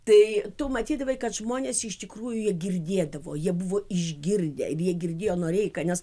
tai tu matydavai kad žmonės iš tikrųjų jie girdėdavo jie buvo išgirdę ir jie girdėjo noreiką nes